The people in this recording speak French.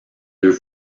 deux